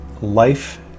life